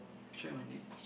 I try one day